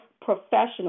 professional